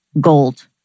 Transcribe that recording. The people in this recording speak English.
gold